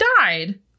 died